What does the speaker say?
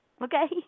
okay